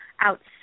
outside